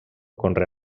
conreà